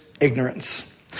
ignorance